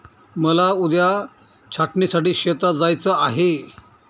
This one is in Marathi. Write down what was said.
मला उद्या छाटणीसाठी शेतात जायचे आहे